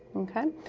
okay?